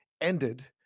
ended